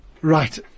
Right